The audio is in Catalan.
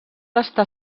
estar